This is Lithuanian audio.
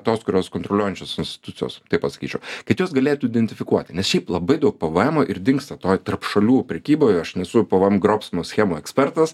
tos kurios kontroliuojančios institucijos taip pasakyčiau kad jos galėtų identifikuoti nes šiaip labai daug pvemų ir dingsta toj tarp šalių prekyboj aš nesu pvem grobstymo schemų ekspertas